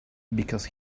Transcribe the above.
because